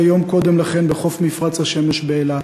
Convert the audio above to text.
יום קודם לכן בחוף מפרץ השמש באילת.